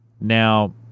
Now